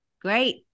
Great